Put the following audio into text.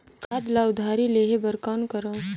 खाद ल उधारी लेहे बर कौन करव?